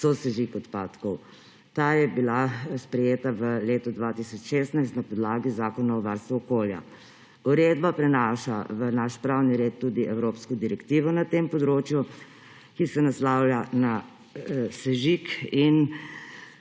sosežig odpadkov. Ta je bila sprejeta v letu 2016 na podlagi Zakona o varstvu okolja. Uredba prenaša v naš pravni red tudi evropsko direktivo na tem področju, ki se naslavlja na sežig in